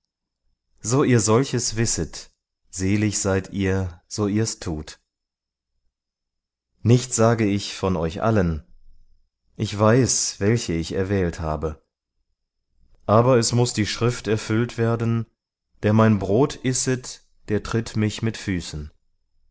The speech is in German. so ihr solches wisset selig seid ihr so ihr's tut nicht sage ich von euch allen ich weiß welche ich erwählt habe aber es muß die schrift erfüllt werden der mein brot isset der tritt mich mit füßen